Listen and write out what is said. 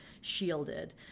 shielded